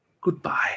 Goodbye